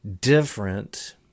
different